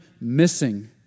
missing